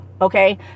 Okay